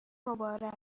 مبارک